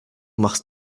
machst